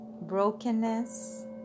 brokenness